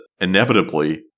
inevitably